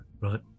Right